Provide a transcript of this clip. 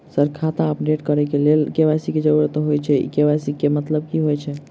Sir खाता update करऽ लेल के.वाई.सी की जरुरत होइ छैय इ के.वाई.सी केँ मतलब की होइ छैय?